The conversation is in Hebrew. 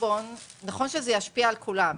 נכון שזה ישפיע על כולם,